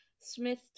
Smith